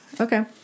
Okay